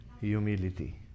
Humility